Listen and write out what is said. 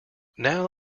now